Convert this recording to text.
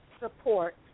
support